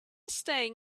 staying